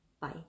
Bye